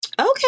Okay